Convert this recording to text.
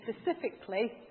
specifically